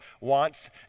wants